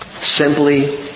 Simply